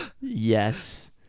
Yes